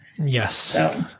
Yes